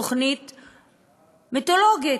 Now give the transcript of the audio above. תוכנית מיתולוגית,